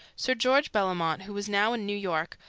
sir george bellomont, who was now in new york,